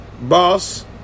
boss